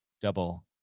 double